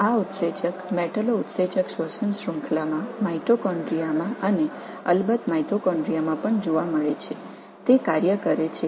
இந்த நொதி மெட்டலோஎன்சைம் சுவாச சங்கிலியிலும் மைட்டோகாண்ட்ரியா மற்றும் நிச்சயமாக பாக்டீரியாவிலும் இது காணப்படுகிறது